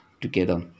together